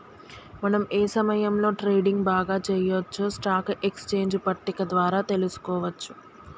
మనం ఏ సమయంలో ట్రేడింగ్ బాగా చెయ్యొచ్చో స్టాక్ ఎక్స్చేంజ్ పట్టిక ద్వారా తెలుసుకోవచ్చు